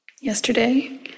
yesterday